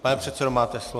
Pane předsedo, máte slovo.